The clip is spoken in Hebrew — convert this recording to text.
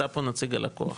אתה פה נציג הלקוח.